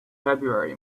february